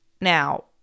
now